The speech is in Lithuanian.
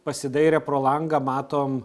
pasidairę pro langą matom